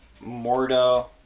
Mordo